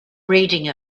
reading